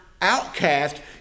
outcast